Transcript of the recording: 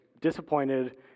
disappointed